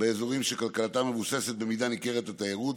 באזורים שכלכלתם מבוססת במידה ניכרת על תיירות,